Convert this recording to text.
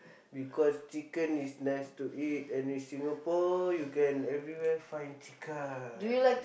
because chicken is nice to eat and in Singapore you can everywhere find chicken